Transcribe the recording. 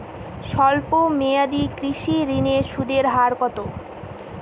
স্বল্প মেয়াদী কৃষি ঋণের সুদের হার কত?